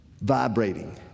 vibrating